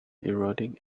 eroding